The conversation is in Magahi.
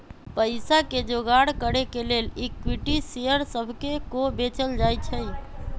पईसा के जोगार करे के लेल इक्विटी शेयर सभके को बेचल जाइ छइ